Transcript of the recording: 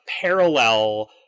parallel